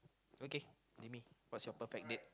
okay name me what's your perfect date